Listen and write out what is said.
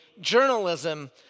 journalism